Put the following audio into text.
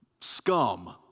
scum